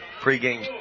pregame